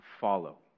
follow